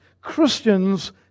Christians